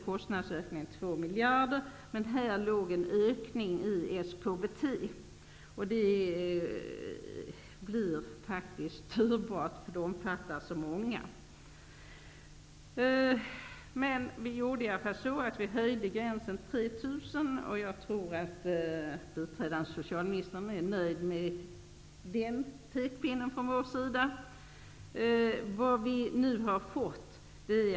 Kostnadsökningen blev 2 miljarder, men häri låg en ökning av SKBT som faktiskt blir dyr, eftersom SKBT omfattar så många. Vi föreslog i alla fall en höjning av gränsen till 3 000 kr, och jag tror att biträdande socialministern är nöjd med den pekpinnen från vår sida.